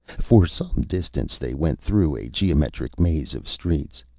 for some distance they went through a geometric maze of streets.